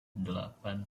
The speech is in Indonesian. delapan